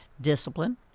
Discipline